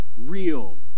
real